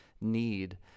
need